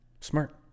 smart